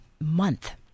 month